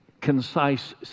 concise